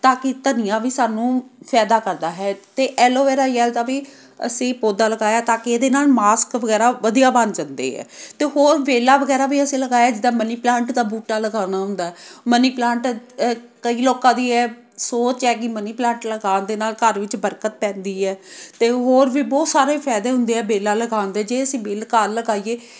ਤਾਂ ਕਿ ਧਨੀਆਂ ਵੀ ਸਾਨੂੰ ਫਾਇਦਾ ਕਰਦਾ ਹੈ ਅਤੇ ਐਲੋਵੇਰਾ ਜੈਲ ਦਾ ਵੀ ਅਸੀਂ ਪੌਦਾ ਲਗਾਇਆ ਤਾਂ ਕਿ ਇਹਦੇ ਨਾਲ ਮਾਸਕ ਵਗੈਰਾ ਵਧੀਆ ਬਣ ਜਾਂਦੇ ਆ ਅਤੇ ਹੋਰ ਵੇਲਾਂ ਵਗੈਰਾ ਵੀ ਅਸੀਂ ਲਗਾਏ ਜਿੱਦਾਂ ਮਨੀ ਪਲਾਂਟ ਦਾ ਬੂਟਾ ਲਗਾਉਣਾ ਹੁੰਦਾ ਮਨੀ ਪਲਾਂਟ ਕਈ ਲੋਕਾਂ ਦੀ ਇਹ ਸੋਚ ਹੈ ਕਿ ਮਨੀ ਪਲਾਂਟ ਲਗਾਉਣ ਦੇ ਨਾਲ ਘਰ ਵਿੱਚ ਬਰਕਤ ਪੈਂਦੀ ਹੈ ਅਤੇ ਹੋਰ ਵੀ ਬਹੁਤ ਸਾਰੇ ਫਾਇਦੇ ਹੁੰਦੇ ਆ ਵੇਲਾਂ ਲਗਾਉਣ ਦੇ ਜੇ ਅਸੀਂ ਵੇਲ ਘਰ ਲਗਾਈਏ